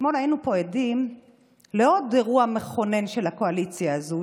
אתמול היינו פה עדים לעוד אירוע מכונן של הקואליציה הזאת,